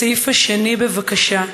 הסעיף השני, בבקשה,